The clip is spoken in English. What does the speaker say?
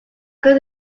could